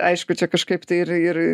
aišku čia kažkaip tai ir ir